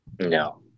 No